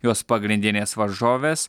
jos pagrindinės varžovės